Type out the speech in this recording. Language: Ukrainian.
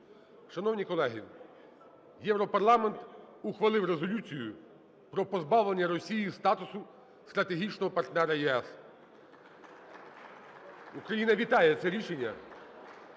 Шановні колеги! Європарламент ухвалив резолюцію про позбавлення Росії статусу стратегічного партнера ЄС. Україна вітає це рішення.